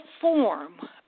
form